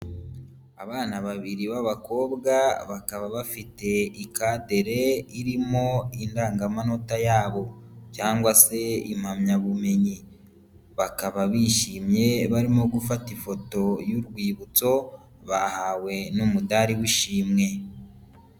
Abana babiri b'abakobwa bakaba bafite ikadere irimo indangamanota yabo cyangwa se impamyabumenyi. Bakaba bishimye barimo gufata ifoto y'urwibutso, bahawe n'umudari w'ishimwe.